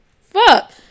fuck